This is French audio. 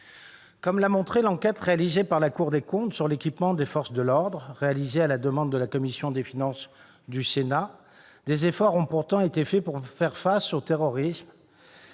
Comme l'a montré l'enquête de la Cour des comptes sur l'équipement des forces de l'ordre, réalisée à la demande de la commission des finances du Sénat, des efforts ont pourtant été réalisés pour faire face au terrorisme